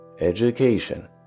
education